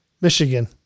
michigan